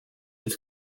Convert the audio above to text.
its